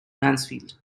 mansfield